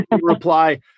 Reply